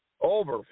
over